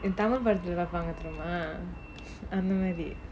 tamil படத்துல பாப்பாங்க தெரியுமா அந்த மாறி:padathula paapaanga teriyumaa antha maari